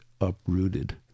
uprooted